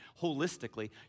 holistically